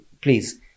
please